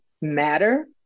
matter